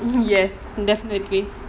yes definitely